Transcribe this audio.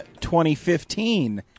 2015